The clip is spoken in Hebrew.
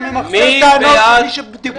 אתה ממחזר טענות של מי שדיברו כאן.